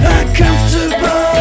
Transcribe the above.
Uncomfortable